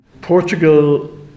Portugal